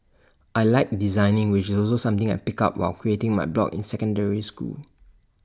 I Like designing which is also something I picked up while creating my blog in secondary school